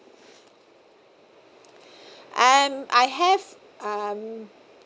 um I have um